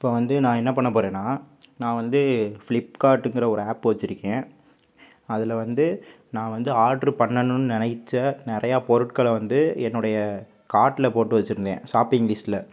இப்போ வந்து நான் என்ன பண்ணப் போகிறேன்னா நான் வந்து ஃபிளிப்கார்ட்டுங்கிற ஒரு ஆப்பு வச்சுருக்கேன் அதில் வந்து நான் வந்து ஆர்டரு பண்ணனும் நினைச்ச நிறையா பொருட்களை வந்து என்னோடைய கார்டில் போட்டு வச்சுருந்தேன் ஷாப்பிங் லிஸ்ட்டில்